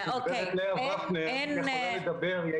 שוב, את